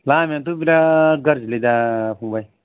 लामायानोथ' बिराद गाज्रिलै दा फंबाय